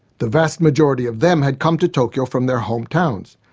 the vast majority of them had come to tokyo from their hometowns.